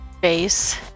base